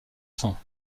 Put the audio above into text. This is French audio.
cents